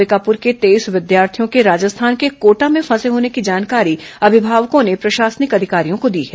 अंबिकापुर के तेईस विद्यार्थियों के राजस्थान के कोटा में फंसे होने की जानकारी अभिभावकों ने प्रशासनिक अधिकारियों को दी है